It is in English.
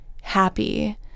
happy